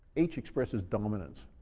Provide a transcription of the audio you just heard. h expresses dominance.